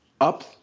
up